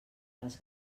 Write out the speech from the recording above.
les